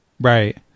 Right